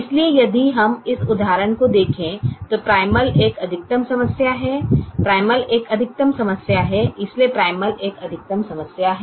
इसलिए यदि हम इस उदाहरण को देखें तो प्राइमल एक अधिकतम समस्या है प्राइमल एक अधिकतम समस्या है इसलिए प्राइमल एक अधिकतम समस्या है